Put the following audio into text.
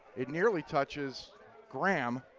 it nearly touches graham.